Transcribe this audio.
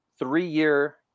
three-year